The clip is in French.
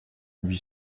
lui